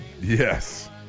Yes